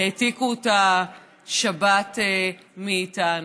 העתיקו את השבת מאיתנו.